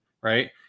right